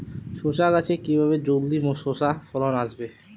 শশা গাছে কিভাবে জলদি শশা ফলন আসবে?